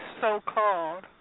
so-called